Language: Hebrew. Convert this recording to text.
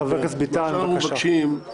חבר הכנסת ביטן, בבקשה.